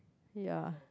ya